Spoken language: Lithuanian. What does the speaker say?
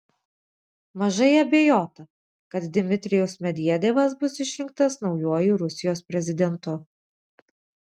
mažai abejota kad dmitrijus medvedevas bus išrinktas naujuoju rusijos prezidentu